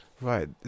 Right